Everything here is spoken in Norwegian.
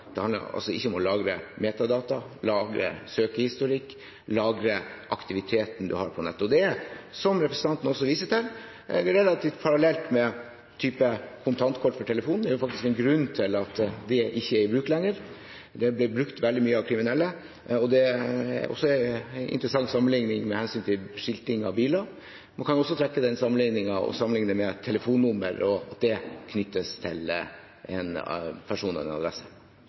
det handler altså ikke om å lagre metadata, lagre søkehistorikk, lagre aktiviteten en har på nettet. Og dette er, som representanten også viser til, relativt parallelt med type kontantkort for telefon. Det er faktisk en grunn til at det ikke er i bruk lenger. Det ble brukt veldig mye av kriminelle. Det med skilting av biler er også en interessant sammenligning, og en kan også sammenligne det med telefonnummer og at det knyttes til en person eller en adresse.